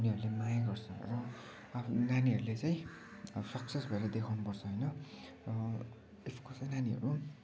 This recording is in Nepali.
उनीहरूले माया गर्छ र आफ्नो नानीहरूले चाहिँ सक्सेस भएर देखाउनु पर्छ होइन इफ कसै नानीहरू